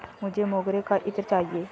मुझे मोगरे का इत्र चाहिए